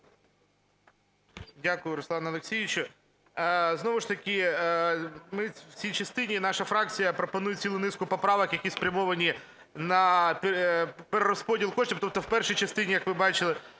Дякую, Руслане Олександровичу. Знову ж таки ми в цій частині, наша фракція пропонує цілу низку поправок, які спрямовані на перерозподіл коштів. Тобто в першій частині, як ви бачили,